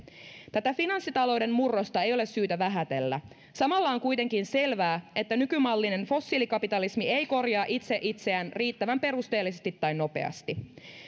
tätä finanssitalouden murrosta ei ole syytä vähätellä samalla on kuitenkin selvää että nykymallinen fossiilikapitalismi ei korjaa itse itseään riittävän perusteellisesti tai nopeasti